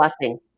blessing